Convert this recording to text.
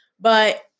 But-